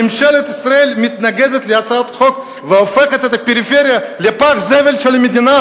ממשלת ישראל מתנגדת להצעת חוק והופכת את הפריפריה לפח זבל של המדינה,